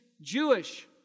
Jewish